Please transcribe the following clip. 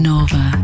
Nova